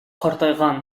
картайган